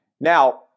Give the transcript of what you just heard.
Now